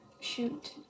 Shoot